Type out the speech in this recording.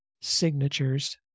signatures